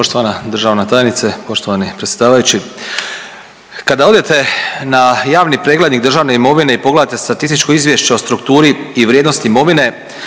Poštovana državna tajnice, poštovani predsjedavajući. Kada odete na javni preglednik državne imovine i pogledate statističko izvješće o strukturi i vrijednosti imovine